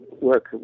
work